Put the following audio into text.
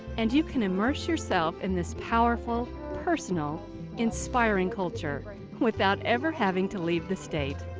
and you can immerse yourself in this powerful personal inspiring culture without ever having to leave the state.